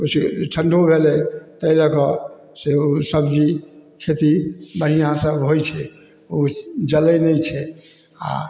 किछु ठण्डो भेलै ताहि लऽ कऽ ओ सब्जी खेती बढ़िआँसँ होइ छै ओ जलै नहि छै आओर